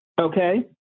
okay